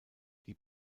die